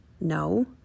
No